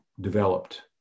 developed